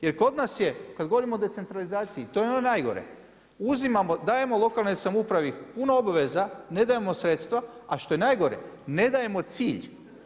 Jer kod nas je kada govorimo o decentralizaciji to je ono najgore, dajemo lokalnoj samoupravi puno obaveza, ne dajemo sredstva, a što je najgore, ne dajemo cilj.